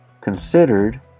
considered